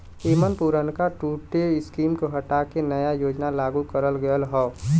एमन पुरनका दूठे स्कीम के हटा के नया योजना लागू करल गयल हौ